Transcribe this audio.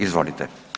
Izvolite.